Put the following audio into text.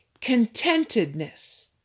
contentedness